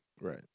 Right